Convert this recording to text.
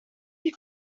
you